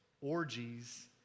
orgies